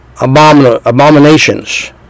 Abominations